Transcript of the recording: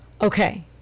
Okay